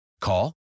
Call